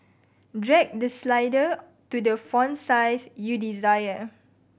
drag the slider to the font size you desire